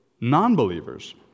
non-believers